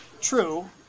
True